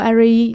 Ari